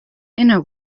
inner